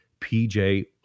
PJ